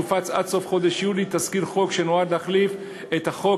יופץ עד סוף חודש יולי תזכיר חוק שנועד להחליף את החוק